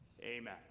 Amen